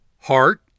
Heart